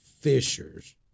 Fisher's